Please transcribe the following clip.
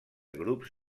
grups